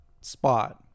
spot